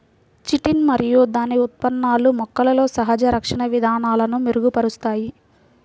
chitin మరియు దాని ఉత్పన్నాలు మొక్కలలో సహజ రక్షణ విధానాలను మెరుగుపరుస్తాయి